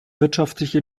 wirtschaftliche